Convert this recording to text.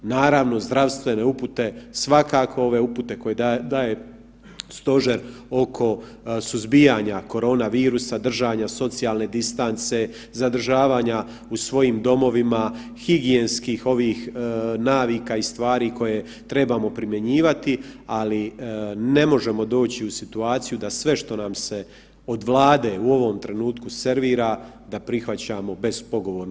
Naravno, zdravstvene upute svakako, ove upute koje daje stožer oko suzbijanja koronavirusa, držanja socijalne distance, zadržavanja u svojim domovima, higijenskih ovih navika i stvari koje trebamo primjenjivati, ali ne možemo doći u situaciju da sve što nam se od Vlade u ovom trenutku servira da prihvaćamo bespogovorno.